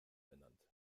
benannt